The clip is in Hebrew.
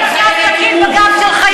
ואתם